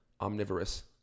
omnivorous